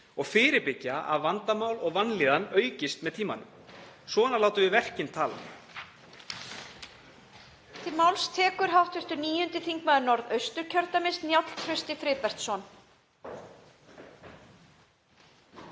og fyrirbyggja að vandamál og vanlíðan aukist með tímanum. Svona látum við verkin tala.